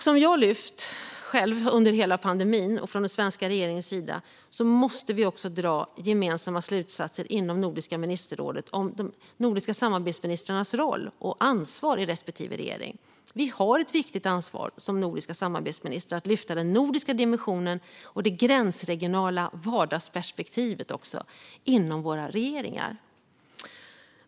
Som jag under hela pandemin har lyft själv och från den svenska regeringens sida måste vi dra gemensamma slutsatser inom Nordiska ministerrådet om de nordiska samarbetsministrarnas roll och ansvar i respektive regering. Som nordiska samarbetsministrar har vi ett viktigt ansvar för att lyfta den nordiska dimensionen och det gränsregionala vardagsperspektivet också inom våra regeringar.